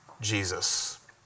Jesus